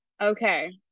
okay